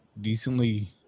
decently